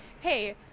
hey